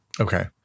Okay